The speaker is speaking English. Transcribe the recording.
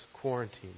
quarantine